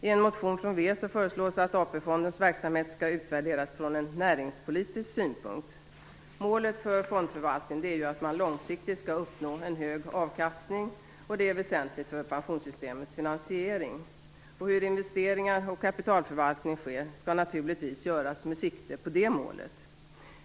I en motion från Vänsterpartiet föreslås att AP fondens verksamhet skall utvärderas från en näringspolitisk synpunkt. Målet för fondförvaltningen är att man långsiktigt skall uppnå en hög avkastning. Det är väsentligt för pensionssystemets finansiering. Investeringar och kapitalförvaltning skall naturligtvis göras med sikte på det målet.